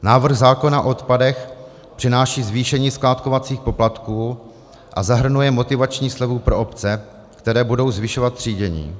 Návrh zákona o odpadech přináší zvýšení skládkovacích poplatků a zahrnuje motivační slevu pro obce, které budou zvyšovat třídění.